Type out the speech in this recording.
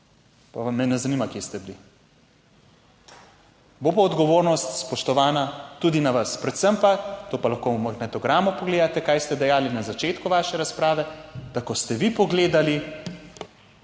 pa me ne zanima, kje ste bili. Bo pa odgovornost, spoštovana tudi na vas, predvsem pa, to pa lahko v magnetogramu pogledate, kaj ste dejali na začetku vaše razprave, da ko ste vi pogledali,